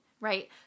right